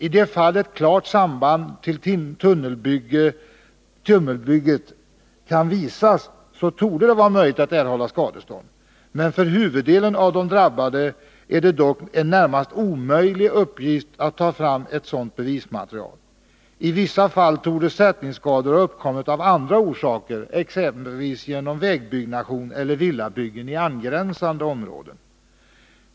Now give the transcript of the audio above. I de fall då ett klart samband med tunnelbygget kan bevisas torde det vara möjligt att erhålla skadestånd, men för huvuddelen av de drabbade är det en närmast omöjlig uppgift att ta fram ett sådant bevismaterial. I vissa fall torde sättningsskador ha uppkommit av andra orsaker, exempelvis genom vägbyggen eller villabyggen i angränsande områden.